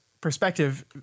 perspective